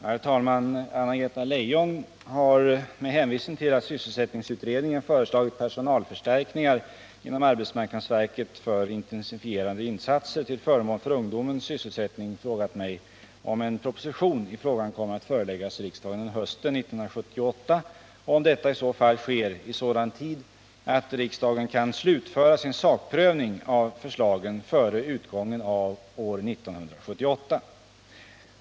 Herr talman! Anna-Greta Leijon har, med hänvisning till att sysselsättningsutredningen föreslagit personalförstärkningar inom arbetsmarknadsverket för intensifierade insatser till förmån för ungdomens sysselsättning, frågat mig om en proposition i frågan kommer att föreläggas riksdagen under hösten 1978 och om detta i så fall sker i sådan tid att riksdagen kan slutföra sin sakprövning av förslagen före utgången av år 1978.